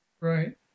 Right